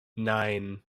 nine